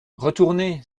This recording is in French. retourner